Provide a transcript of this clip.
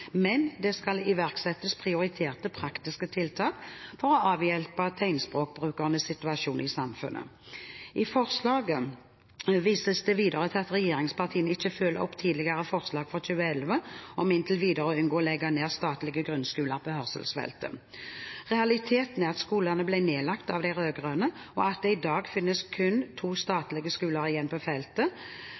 men det skal iverksettes prioriterte praktiske tiltak for å avhjelpe tegnspråkbrukernes situasjon i samfunnet. I forslaget vises det videre til at regjeringspartiene ikke følger opp tidligere forslag fra 2011, om å «inntil videre unngå nedleggelse av statlige grunnskoler på hørselsfeltet». Realiteten er at skolene ble nedlagt av de rød-grønne, og at det i dag kun finnes to statlige skoler igjen på feltet,